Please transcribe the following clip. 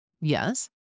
Yes